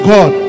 God